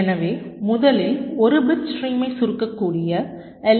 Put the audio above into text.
எனவே முதலில் ஒரு பிட் ஸ்ட்ரீமை சுருக்கக்கூடிய எல்